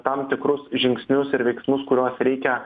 tam tikrus žingsnius ir veiksmus kuriuos reikia